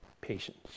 patience